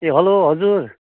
ए hello हजुर